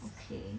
okay